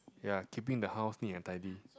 yea keeping the house neat and tidy